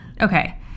Okay